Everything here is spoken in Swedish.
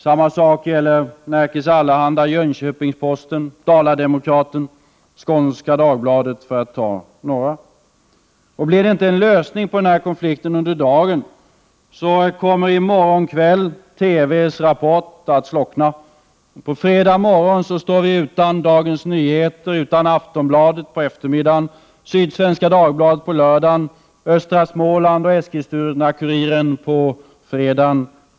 Samma sak gäller Nerikes Allehanda, Jönköpings-Posten, Dala-Demokraten och Skånska Dagbladet, för att nämna några. Blir det inte en lösning på den här konflikten under dagen, kommer i morgon kväll TV:s Rapport att slockna. På fredag står vi utan Dagens Nyheter på morgonen och Aftonbladet på eftermiddagen. Vi får vara utan Sydsvenska Dagbladet på lördagen och Östra Småland och Eskilstuna Kuriren på fredagen.